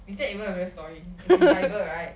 is that even a real story is in bible right